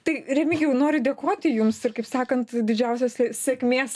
tai remigijau noriu dėkoti jums ir kaip sakant didžiausios sėkmės